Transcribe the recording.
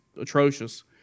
atrocious